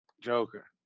joker